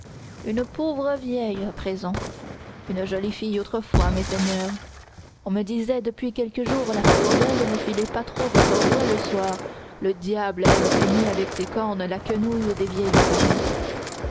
une pauvre vieille à présent une jolie fille autrefois messeigneurs on me disait depuis quelques jours la falourdel ne filez pas trop votre rouet le soir le diable aime peigner avec ses cornes la quenouille des vieilles femmes